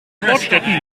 sportstätten